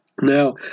Now